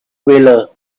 valour